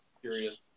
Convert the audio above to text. curious